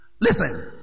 Listen